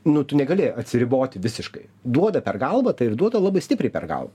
nu tu negali atsiriboti visiškai duoda per galvą tai ir duoda labai stipriai per gal